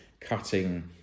cutting